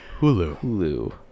Hulu